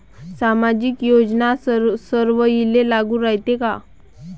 सामाजिक योजना सर्वाईले लागू रायते काय?